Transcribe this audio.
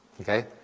okay